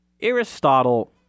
Aristotle